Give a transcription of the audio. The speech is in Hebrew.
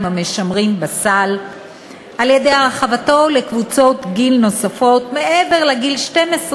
המשמרים בסל על-ידי הרחבתו לקבוצות גיל נוספות מעבר לגיל 12,